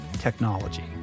technology